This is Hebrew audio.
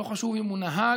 לא חשוב אם הוא נהג